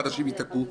נגיף הקורונה החדש),